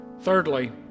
Thirdly